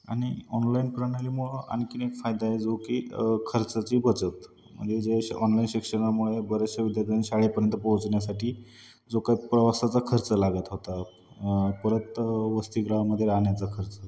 आणि ऑनलाईन प्रणालीमुळं आणखी एक फायदा आहे जो की खर्चाची बचत म्हणजे जे ऑनलाईन शिक्षणामुळे बर्याचशा विद्यार्थ्यांना शाळेपर्यंत पोहोचण्यासाठी जो काही प्रवासाचा खर्च लागत होता परत वसतीगृहामध्ये राहण्याचा खर्च